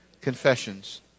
Confessions